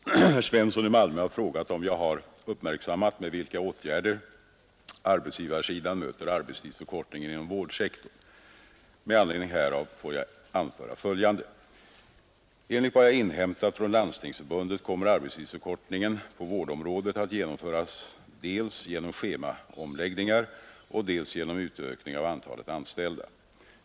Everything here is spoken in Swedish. Herr talman! Herr Svensson i Malmö har frågat om jag har uppmärksammat med vilka åtgärder arbetsgivarsidan möter arbetstidsförkortningen inom vårdsektorn, Med anledning härav får jag anföra följande, Enligt vad jag inhämtat från Landstingsförbundet kommer arbetstidsförkortningen på vårdområdet att genomföras dels genom schemaomläggningar, dels genom utökning av antalet anställda.